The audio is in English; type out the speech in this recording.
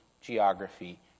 geography